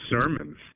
sermons